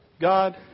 God